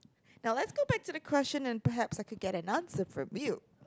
now lets go back to the question and perhaps I can get an answer from you